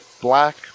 black